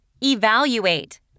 Evaluate